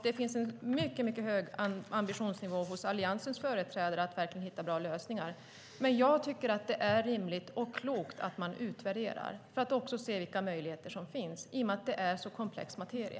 Det finns en mycket hög ambition hos Alliansens företrädare att verkligen hitta bra lösningar. Men jag tycker att det är rimligt och klokt att man utvärderar, för att se vilka möjligheter som finns i och med att det är så komplex materia.